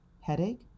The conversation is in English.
headache